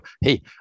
Hey